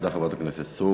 תודה, חברת הכנסת סטרוק.